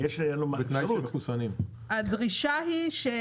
את לא מדברת על